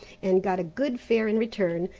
and got a good fare in return,